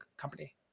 company